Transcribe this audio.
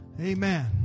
Amen